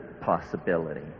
possibility